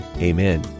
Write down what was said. amen